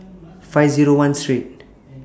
five Zero one Street